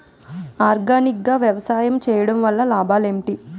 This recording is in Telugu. ఆర్గానిక్ గా వ్యవసాయం చేయడం వల్ల లాభాలు ఏంటి?